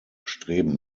streben